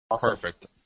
Perfect